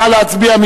נא להצביע.